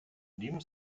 neben